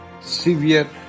severe